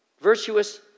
virtuous